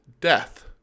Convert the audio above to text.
death